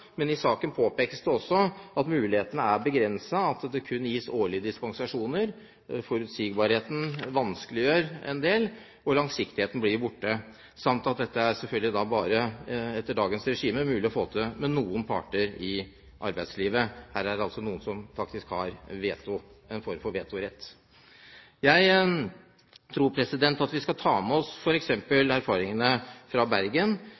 men i saken påpekes det også at mulighetene er begrenset av at det kun gis årlige dispensasjoner. Mangelen på forutsigbarhet vanskeliggjør en del, og langsiktigheten blir borte, samt at dette da selvfølgelig etter dagens regime bare er mulig å få til med noen parter i arbeidslivet. Her er det altså noen som faktisk har en form for vetorett. Jeg tror at vi skal ta med oss f.eks. erfaringene fra Bergen,